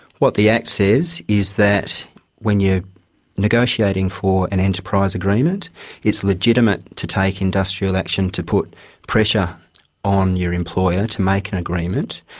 what the act says is that when you are negotiating for an enterprise agreement it's legitimate to take industrial action to put pressure on your employer to make an agreement.